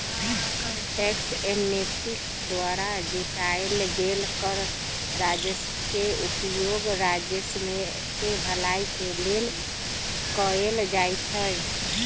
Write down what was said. tax amnesty द्वारा जुटाएल गेल कर राजस्व के उपयोग राज्य केँ भलाई के लेल कएल जाइ छइ